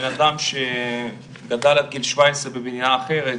כאדם שגדל עד גיל 17 במדינה אחרת,